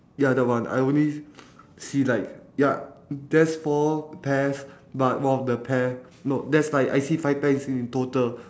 ya the one I only see like ya there's four pears but one of the pear no there's like I see five pears in total